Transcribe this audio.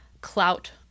clout